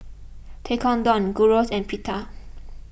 Tekkadon Gyros and Pita